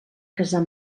casar